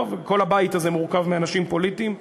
טוב, כל הבית הזה מורכב מאנשים פוליטיים.